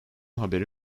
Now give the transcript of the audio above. haberi